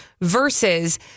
versus